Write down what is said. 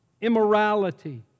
immorality